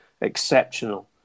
exceptional